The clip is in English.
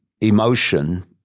emotion